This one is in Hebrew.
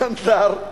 סנדלר,